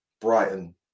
Brighton